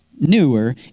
newer